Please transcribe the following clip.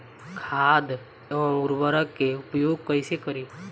खाद व उर्वरक के उपयोग कइसे करी?